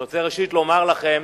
אני רוצה, ראשית, לומר לכם,